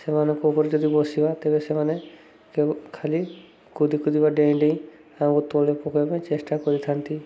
ସେମାନଙ୍କ ଉପରେ ଯଦି ବସିବା ତେବେ ସେମାନେ ଖାଲି କୁଦି କୁଦି ବା ଡେଇଁ ଡେଇଁ ଆମକୁ ତଳେ ପକାଇବା ଚେଷ୍ଟା କରିଥାନ୍ତି